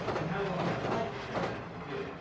and how well do i like what they're attempting to do?